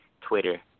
Twitter